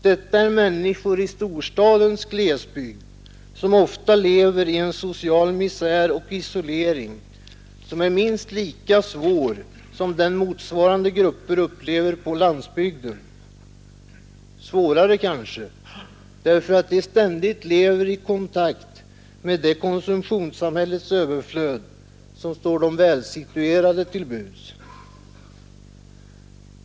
Detta är människor i storstadens glesbygd som ofta lever i en social misär och isolering som är minst lika svår som den motsvarande grupper upplever på landsbygden, svårare kanske, därför att de ständigt lever i kontakt med konsumtionssamhällets överflöd som står de välsituerade till buds.